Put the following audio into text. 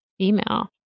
email